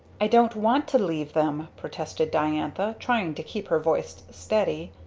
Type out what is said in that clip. i don't want to leave them, protested diantha, trying to keep her voice steady.